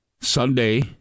Sunday